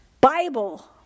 Bible